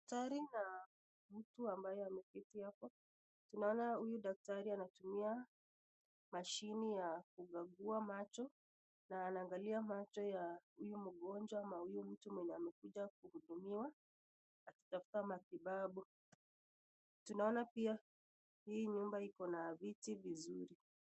Daktari na mtu ambaye ameketi hapa. Tunaona huyu daktari anatumia mashini ya kugagua macho na anaangalia macho ya huyu mgonjwa ama huyu mtu mwenye amekuja kuhudumiwa akitafuta matibabu. Tunaona pia hii nyumba iko na viti vizuri.